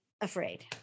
afraid